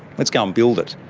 let's go and build it,